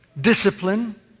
Discipline